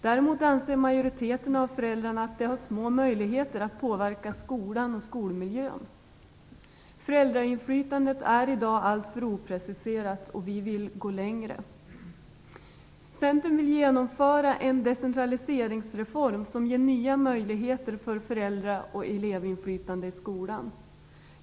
Däremot anser majoriteten av föräldrarna att de har små möjligheter att påverka skolan och skolmiljön. Föräldrainflytandet är i dag alltför opreciserat, och vi vill gå längre. Centern vill genomföra en decentraliseringsreform som ger nya möjligheter för föräldra och elevinflytande i skolan.